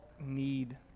need